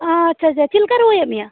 ᱟᱪᱪᱷᱟ ᱟᱪᱪᱷᱟ ᱪᱮᱫ ᱞᱮᱠᱟ ᱨᱩᱭᱟᱹᱭᱮᱫ ᱢᱮᱭᱟ